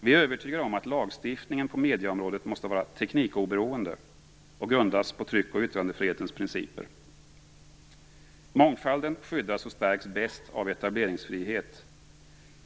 Vi är övertygade om att lagstiftningen på medieområdet måste vara teknikoberoende och grundas på tryck och yttrandefrihetens principer. Mångfalden skyddas och stärks bäst av etableringsfrihet.